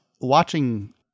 Watching